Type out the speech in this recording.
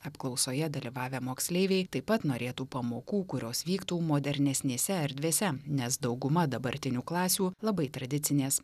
apklausoje dalyvavę moksleiviai taip pat norėtų pamokų kurios vyktų modernesnėse erdvėse nes dauguma dabartinių klasių labai tradicinės